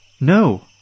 No